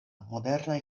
modernaj